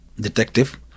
detective